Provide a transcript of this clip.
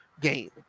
game